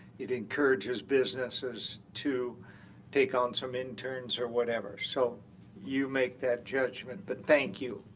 it encourages businesses to take on some interns or whatever. so you make that judgment. but thank you.